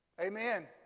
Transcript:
Amen